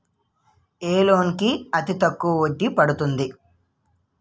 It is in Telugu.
ఏ లోన్ కి అతి తక్కువ వడ్డీ పడుతుంది?